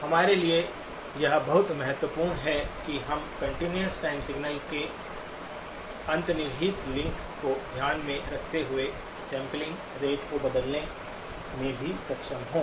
हमारे लिए यह बहुत महत्वपूर्ण है कि हम कंटीन्यूअस टाइम सिग्नल के अंतर्निहित लिंक को ध्यान में रखते हुए सैंपलिंग रेट को बदलने में भी सक्षम हों